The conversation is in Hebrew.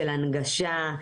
של הנגשה,